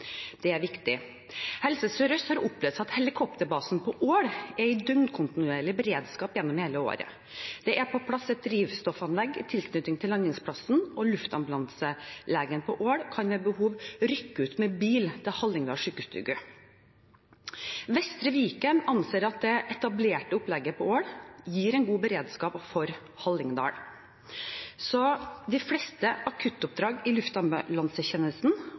Det er viktig. Helse Sør-Øst har opplevd at helikopterbasen på Ål er i døgnkontinuerlig beredskap hele året. Det er på plass et drivstoffanlegg i tilknytning til landingsplassen, og luftambulanselegen på Ål kan ved behov rykke ut med bil til Hallingdal sjukestugu. Vestre Viken anser at det etablerte opplegget på Ål gir en god beredskap for Hallingdal. De fleste akuttoppdrag i luftambulansetjenesten